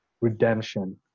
redemption